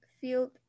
field